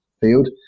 field